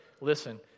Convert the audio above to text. Listen